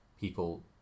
people